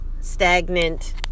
stagnant